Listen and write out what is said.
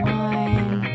one